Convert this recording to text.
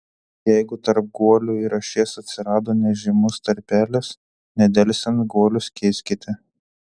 jeigu tarp guolių ir ašies atsirado nežymus tarpelis nedelsiant guolius keiskite